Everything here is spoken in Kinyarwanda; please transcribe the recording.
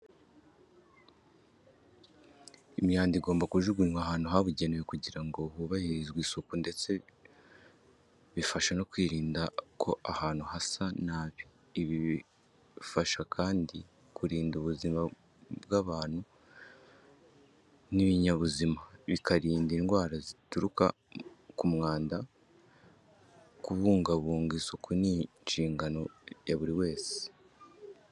Imyanda igomba kujugunywa ahantu habugenewe kugira ngo hubahirizwe isuku ndetse bifasha no kwirinda ko ahantu hasa nabi. Ibi bifasha kandi mu kurinda ubuzima bw'abantu n'ibinyabuzima, bikarinda indwara zituruka ku mwanda. Kubungabunga isuku ni inshingano ya buri wese.